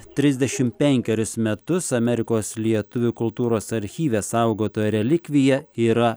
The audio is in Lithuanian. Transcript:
trisdešim penkerius metus amerikos lietuvių kultūros archyve saugota relikvija yra